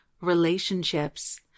relationships